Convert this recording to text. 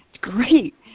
great